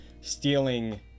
stealing